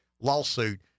lawsuit